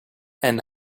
and